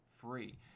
free